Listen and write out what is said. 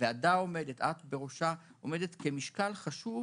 שהוועדה ואת בראשה עומדת כמשקל חשוב